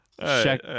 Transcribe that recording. Check